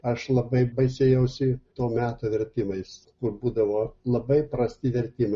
aš labai baisėjausi to meto vertimais kur būdavo labai prasti vertimai